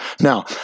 Now